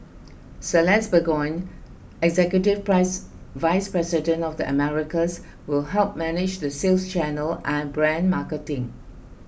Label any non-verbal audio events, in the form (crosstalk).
Celeste Burgoyne executive (unintelligible) vice president of the Americas will help manage the sales channel and brand marketing